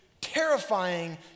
terrifying